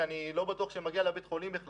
אני לא בטוח שאני מגיע לבית החולים.